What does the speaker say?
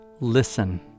Listen